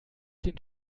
den